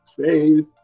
faith